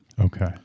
Okay